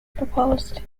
proposed